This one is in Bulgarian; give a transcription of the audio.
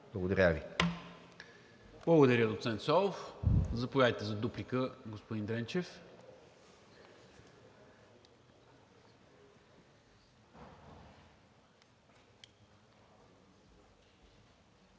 МИНЧЕВ: Благодаря, доцент Славов. Заповядайте за дуплика, господин Дренчев.